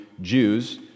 Jews